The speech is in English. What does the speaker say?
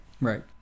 right